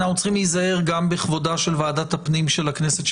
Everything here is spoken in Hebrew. אנחנו צריכים להיזהר גם בכבודה של ועדת הפנים של הכנסת,